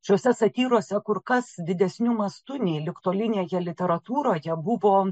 šiose satyrose kur kas didesniu mastu nei ligtolinėje literatūroje buvo